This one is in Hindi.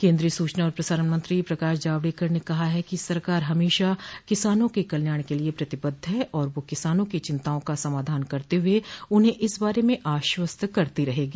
केन्द्रीय सूचना और प्रसारण मंत्री प्रकाश जावड़ेकर ने कहा है कि सरकार हमेशा किसानों के कल्याण के लिए प्रतिबद्ध है और वह किसानों की चिंताओं का समाधान करते हुए उन्हें इस बारे में आश्वस्त करती रहेगी